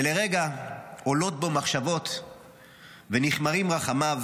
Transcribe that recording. ולרגע עולות בו מחשבות ונכמרים רחמיו,